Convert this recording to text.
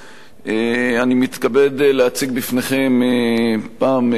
אני מתכבד להציג בפניכם פעם נוספת,